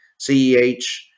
CEH